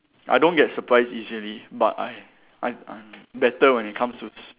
I don't get surprised easily but I I'm I'm better when it comes to s~